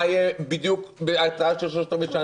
מה יהיה בדיוק בהתרעה של שלושת-רבעי שעה.